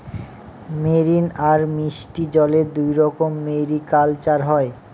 marine আর মিষ্টি জলে দুইরকম মেরিকালচার হয়